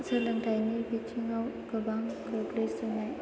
सोलोंथायनि बिथिंआव गोबां गोग्लैसोनाय